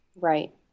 Right